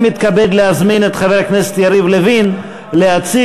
אני מתכבד להזמין את חבר הכנסת יריב לוין להציג,